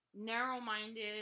narrow-minded